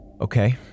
Okay